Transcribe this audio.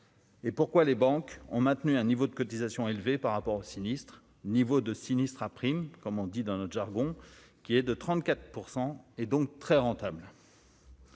Et pourquoi les banques ont maintenu un niveau de cotisations élevées par rapport au sinistre niveau de sinistres à primes, comme on dit dans notre jargon qui est de 34 % et donc très rentable.